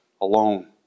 alone